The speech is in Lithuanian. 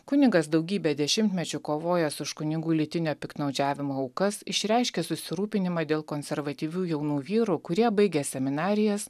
kunigas daugybę dešimtmečių kovojęs už kunigų lytinio piktnaudžiavimo aukas išreiškė susirūpinimą dėl konservatyvių jaunų vyrų kurie baigę seminarijas